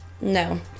No